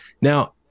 Now